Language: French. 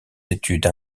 études